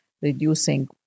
reducing